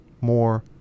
more